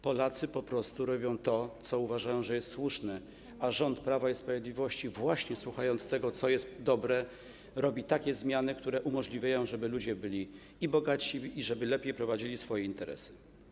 Polacy po prostu robią to, co uważają, że jest słuszne, a rząd Prawa i Sprawiedliwości, słuchając tego, co jest dobre, robi takie zmiany, które umożliwiają, żeby ludzie byli i bogatsi, i żeby lepiej prowadzili swoje interesy.